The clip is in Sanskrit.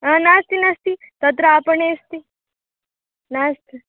नास्ति नास्ति तत्र आपणे अस्ति नास्ति